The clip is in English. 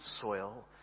soil